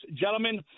Gentlemen